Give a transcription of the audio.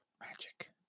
Magic